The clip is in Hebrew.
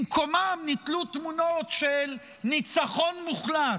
במקומם נתלו תמונות של "ניצחון מוחלט"